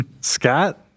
Scott